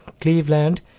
Cleveland